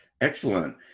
Excellent